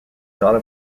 thought